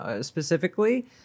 specifically